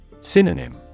Synonym